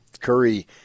Curry